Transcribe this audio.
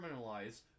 criminalized